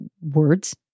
words